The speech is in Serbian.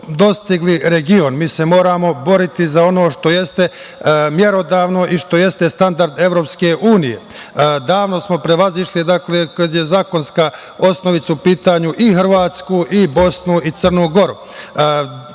dostigli region mi se moramo boriti za ono što jeste merodavno i što jeste standard EU.Davno smo prevazišli, dakle, kad je zakonska osnovica u pitanju i Hrvatsku, i Bosnu i Crnu Goru.